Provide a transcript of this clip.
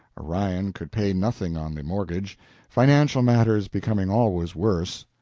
orion could pay nothing on the mortgage financial matters becoming always worse.